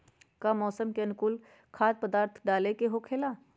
का मौसम के अनुकूल खाद्य पदार्थ डाले के होखेला?